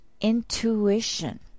intuition